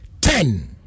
ten